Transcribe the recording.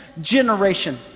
generation